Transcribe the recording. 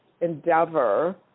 endeavor